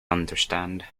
understand